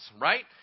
right